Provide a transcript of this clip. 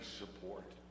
support